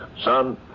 son